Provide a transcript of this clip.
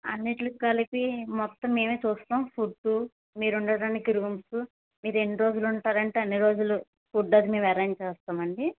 అన్నింటికీ కలిపి మొత్తం మేమే చూస్తాం ఫుడ్డు మీరు ఉండడానికి రూమ్స్ మీరేన్ని రోజులు ఉంటారంటే అన్ని రోజులు ఫుడ్ అది మేం అరేంజ్ చేస్తామండి